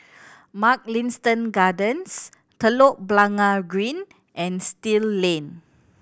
Mugliston Gardens Telok Blangah Green and Still Lane